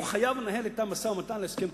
חייב לנהל אתם משא-ומתן להסכם קיבוצי.